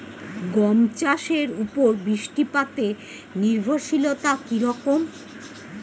গম চাষের উপর বৃষ্টিপাতে নির্ভরশীলতা কী রকম?